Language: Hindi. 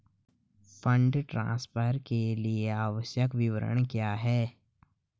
फंड ट्रांसफर के लिए आवश्यक विवरण क्या हैं?